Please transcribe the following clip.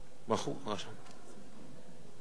אדוני.